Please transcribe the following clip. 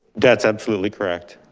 that's absolutely correct.